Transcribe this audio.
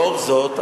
לאור זאת,